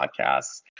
Podcasts